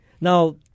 Now